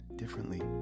differently